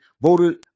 voted